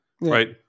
Right